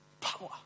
Power